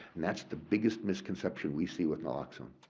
that's the biggest misconception we see with naloxone.